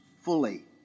fully